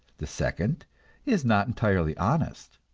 the second is not entirely honest,